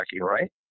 right